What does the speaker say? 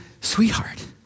sweetheart